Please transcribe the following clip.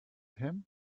him